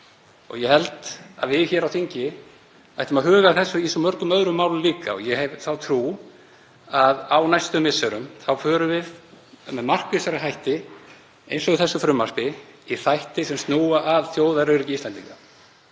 og ég held að við hér á þingi ættum að huga að þessu í svo mörgum öðrum málum líka. Ég hef þá trú að á næstu misserum förum við með markvissari hætti, eins og í þessu frumvarpi, í þætti sem snúa að þjóðaröryggi Íslendinga.